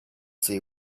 see